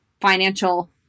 financial